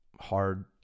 hard